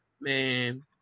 Man